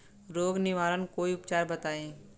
रोग निवारन कोई उपचार बताई?